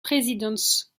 présidence